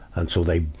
and so they,